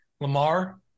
Lamar